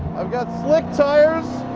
i've got slick tires,